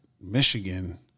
Michigan